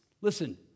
Listen